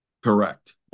Correct